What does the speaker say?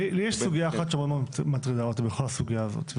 לי יש סוגיה אחת שמאוד מטרידה אותי בכל הסוגיה הזאת,